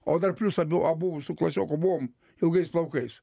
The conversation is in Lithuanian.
o dar plius abu abu su klasioku buvom ilgais plaukais